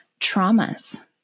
traumas